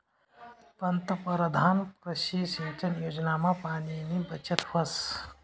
पंतपरधान कृषी सिंचन योजनामा पाणीनी बचत व्हस